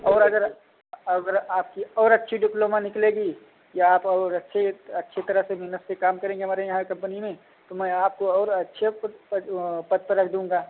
और अगर अगर आपकी और अच्छी डिप्लोमा निकलेगी या आप और अच्छे अच्छी तरह से महनत से काम करेंगे हमारे यहाँ कम्पनी में तो मैं आपको और अच्छे पद पद पर रख दूँगा